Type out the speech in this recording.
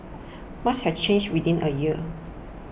much has changed within a year